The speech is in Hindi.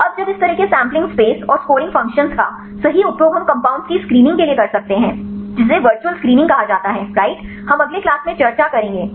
अब जब इस तरह के सैंपलिंग स्पेस और स्कोरिंग फंक्शंस का सही उपयोग हम कंपाउंड्स की स्क्रीनिंग के लिए कर सकते हैं जिसे वर्चुअल स्क्रीनिंग कहा जाता है राइट हम अगले क्लास में चर्चा करेंगे